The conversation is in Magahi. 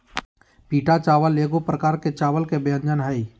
पीटा चावल एगो प्रकार के चावल के व्यंजन हइ